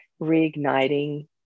reigniting